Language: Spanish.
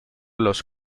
los